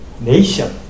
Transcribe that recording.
Nation